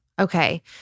Okay